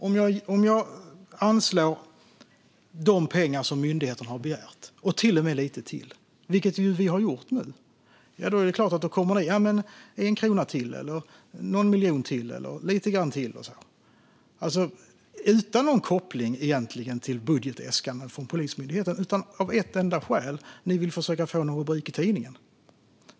Om jag anslår de pengar som myndigheten har begärt och till och med lite till, vilket vi har gjort nu, är det klart att ni kommer och säger en krona till, någon miljon till eller lite grann till, detta utan någon egentlig koppling till budgetäskanden från Polismyndigheten. Det finns ett enda skäl: Ni vill försöka få rubriker i tidningarna.